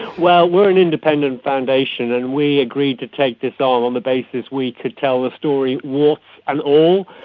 well, we are an independent foundation and we agreed to take this on on the basis we could tell the story, warts and all,